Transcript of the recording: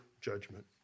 judgment